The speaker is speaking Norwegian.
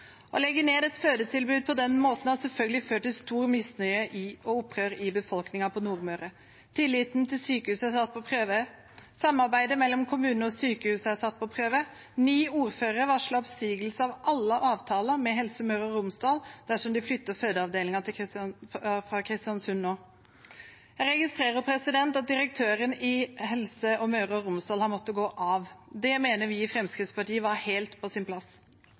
Å legge ned et fødetilbud på den måten har selvfølgelig ført til stor misnøye og opprør i befolkningen på Nordmøre. Tilliten til sykehuset er satt på prøve. Samarbeidet mellom kommuner og sykehus er satt på prøve. Ny ordfører har varslet oppsigelse av alle avtaler med Helse Møre og Romsdal dersom de flytter fødeavdelingen fra Kristiansund nå. Jeg registrerer at direktøren i Helse Møre og Romsdal har måttet gå av. Det mener vi i Fremskrittspartiet var helt på sin plass.